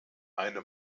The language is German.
eine